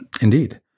Indeed